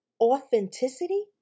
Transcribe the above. authenticity